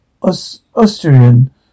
Austrian